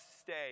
stay